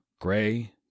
gray